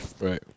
Right